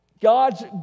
God's